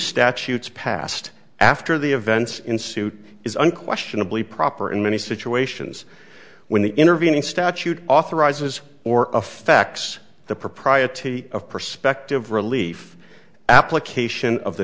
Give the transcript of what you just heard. statutes passed after the events in suit is unquestionably proper in many situations when the intervening statute authorizes or affects the propriety of perspective relief application of the